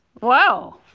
Wow